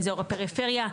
באזור הפריפריה,